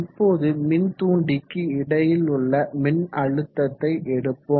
இப்போது மின்தூண்டிக்கு இடையில் உள்ள மின்னழுத்தத்தை எடுப்போம்